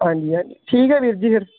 ਹਾਂਜੀ ਹਾਂਜੀ ਠੀਕ ਹੈ ਵੀਰ ਜੀ ਫਿਰ